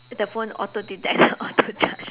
the phone auto detect auto charge